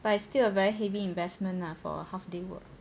but it's still a very heavy investment lah for a half day work